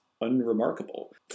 unremarkable